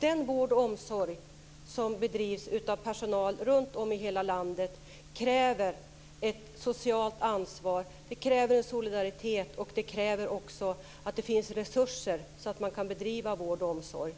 Den vård och omsorg som bedrivs av personal runtom i hela landet kräver ett socialt ansvar. Den kräver solidaritet. Den kräver också att det finns resurser så att man kan bedriva vården och omsorgen.